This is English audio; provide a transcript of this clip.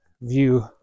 view